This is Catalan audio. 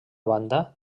banda